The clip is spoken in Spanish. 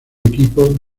equipo